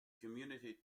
community